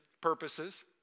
purposes